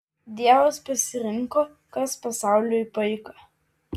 dievas pasirinko kas pasauliui paika